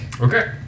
Okay